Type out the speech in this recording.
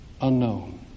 unknown